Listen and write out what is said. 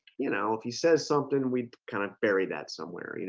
you know if he says something we kind of buried that somewhere, you know,